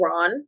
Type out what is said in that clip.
Ron